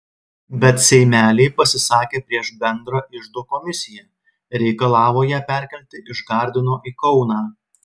bet seimeliai pasisakė prieš bendrą iždo komisiją reikalavo ją perkelti iš gardino į kauną